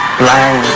blind